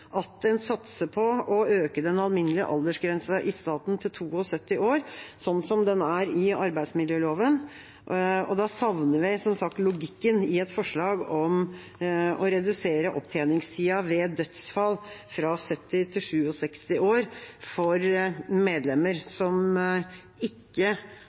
at en satser på å øke den alminnelige aldersgrensen i staten til 72 år, sånn som den er i arbeidsmiljøloven. Da savner vi som sagt logikken i et forslag om å redusere opptjeningstida ved dødsfall fra 70 til 67 år for medlemmer som ikke